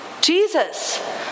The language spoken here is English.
Jesus